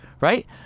right